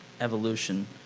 evolution